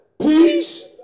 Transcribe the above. peace